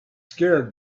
scared